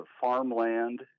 Farmland